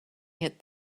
hit